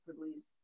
release